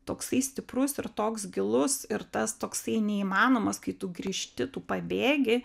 toksai stiprus ir toks gilus ir tas toksai neįmanomas kai tu grįžti tu pabėgi